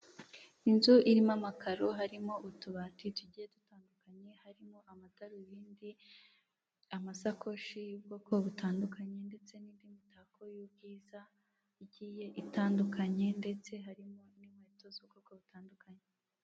Inzu irimo amakaro harimo utubati tugiye dutandukanye, harimo amadarubindi, amasakoshi y'ubwoko butandukanye, ndetse n'indi mitako y'ubwiza igiye itandukanye ndetse harimo n'inkweto z'ubwoko butandukanye.